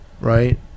Right